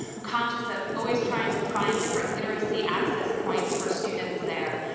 i'm conscious of always trying to find different literacy access points for students there.